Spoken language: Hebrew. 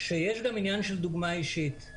שיש עניין של דוגמה אישית.